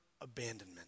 abandonment